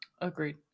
Agreed